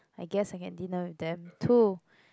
I guess I can dinner with them too